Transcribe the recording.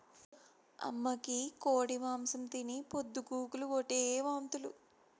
అమ్మకి కోడి మాంసం తిని పొద్దు గూకులు ఓటే వాంతులు